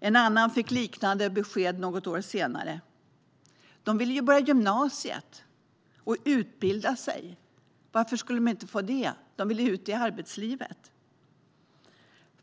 En annan fick liknande besked något år senare. De ville ju börja gymnasiet och utbilda sig. Varför skulle de inte få det? De ville ut i arbetslivet.